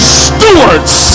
stewards